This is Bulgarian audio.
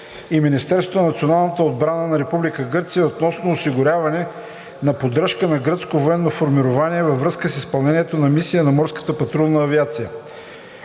Република Гърция относно осигуряване на поддръжка на гръцко военно формирование във връзка с изпълнението на мисия на Морската патрулна авиация,